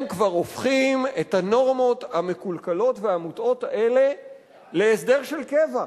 הם כבר הופכים את הנורמות המקולקלות והמוטעות האלה להסדר של קבע.